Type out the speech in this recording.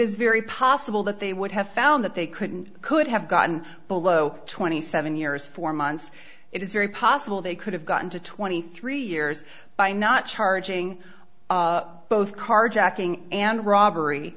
is very possible that they would have found that they couldn't could have gotten below twenty seven years four months it is very possible they could have gotten to twenty three years by not charging both carjacking and robbery